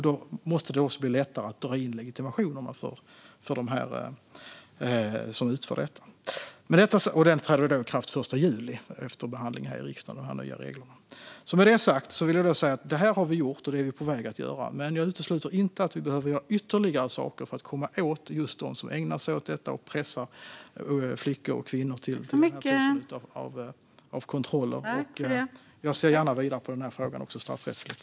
Då måste det också bli lättare att dra in legitimationerna för dem som utför kontrollerna. De nya reglerna träder i kraft den 1 juli efter behandling här i riksdagen. Detta är vad vi har gjort och är på väg att göra. Men jag utesluter inte att vi behöver göra ytterligare saker för att komma åt dem som ägnar sig åt detta och pressar flickor och kvinnor till den här typen av kontroller. Jag ser gärna vidare på frågan, även straffrättsligt.